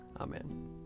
Amen